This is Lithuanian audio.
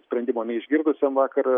sprendimo neišgirdusiam vakar